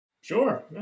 Sure